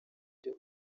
ujya